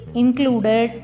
included